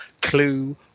clue